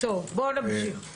בואו נמשיך.